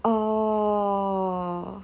orh